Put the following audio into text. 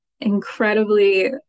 incredibly